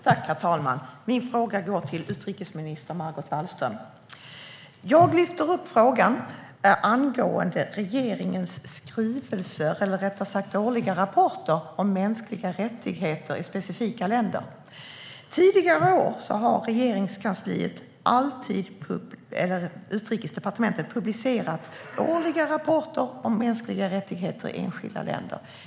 Herr talman! Min fråga går till utrikesminister Margot Wallström. Jag lyfter upp frågan om regeringens årliga rapporter om mänskliga rättigheter i specifika länder. Tidigare år har Utrikesdepartementet alltid publicerat årliga rapporter om mänskliga rättigheter i enskilda länder.